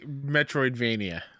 metroidvania